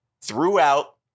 throughout